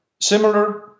similar